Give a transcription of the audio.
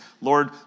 Lord